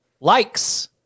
likes